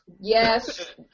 Yes